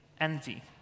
Envy